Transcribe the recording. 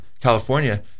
California